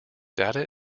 data